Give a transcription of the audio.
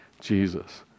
Jesus